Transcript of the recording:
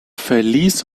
verließ